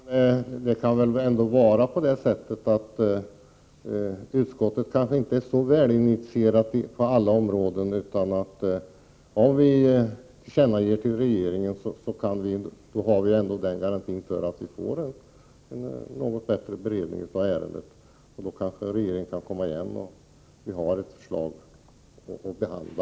Herr talman! Det kan väl ändå vara på det sättet att utskottet inte är så väl initierat på alla områden. Om vi gör ett tillkännagivande till regeringen, har vi en garanti för att vi får en något bättre beredning av ärendet. Då kanske regeringen kan komma igen, och vi har ett förslag att behandla.